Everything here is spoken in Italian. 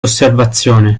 osservazione